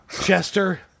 Chester